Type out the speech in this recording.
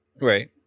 Right